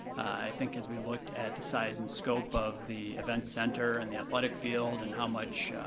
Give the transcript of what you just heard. i think as we looked at the size and scope of the event center and the athletic field and how much,